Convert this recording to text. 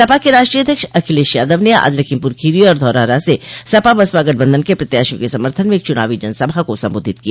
सपा के राष्ट्रीय अध्यक्ष अखिलेश यादव ने आज लखीमपुर खीरी और धौरहरा से सपा बसपा गठबंधन के प्रत्याशियों के समर्थन में एक चुनावी जनसभा को संबोधित किया